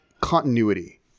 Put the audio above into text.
continuity